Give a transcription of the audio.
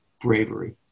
bravery